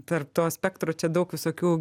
tarp to spektro čia daug visokių